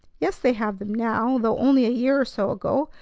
yes, they have them now, though only a year or so ago.